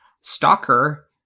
stalker